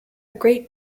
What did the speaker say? great